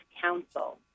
Council